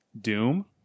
Doom